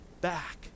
back